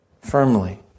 firmly